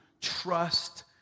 trust